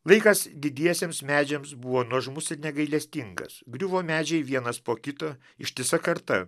laikas didiesiems medžiams buvo nuožmus ir negailestingas griuvo medžiai vienas po kito ištisa karta